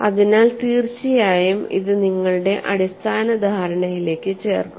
അതിനാൽ തീർച്ചയായും ഇത് നിങ്ങളുടെ അടിസ്ഥാന ധാരണയിലേക്ക് ചേർക്കുക